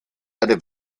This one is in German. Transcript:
eine